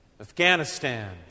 Afghanistan